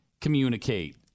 communicate